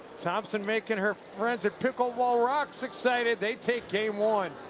thompson making her friends at pickleball rocks excited. they take game one.